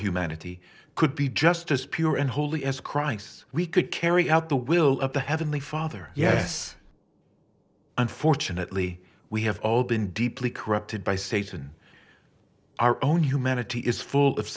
humanity could be just as pure and holy as christ's we could carry out the will of the heavenly father yes unfortunately we have all been deeply corrupted by satan our own humanity is full of